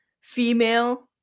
Female